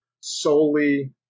solely